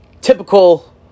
typical